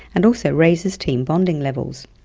and so raises team bonding levels.